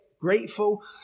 grateful